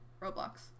Roblox